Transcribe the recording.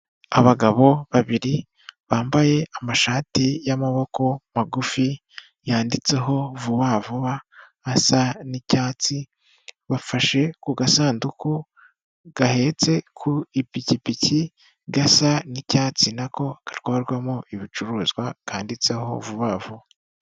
Abagabo babiri bambaye amashati y'amaboko magufi yanditseho vuba vuba asa n'icyatsi, bafashe ku gasanduku gahetswe ku ipikipiki gasa n'icyatsi nako gatwarwamo ibicuruzwa kanditseho vuba vuba.